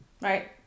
right